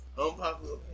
Unpopular